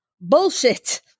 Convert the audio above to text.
Bullshit